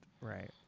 right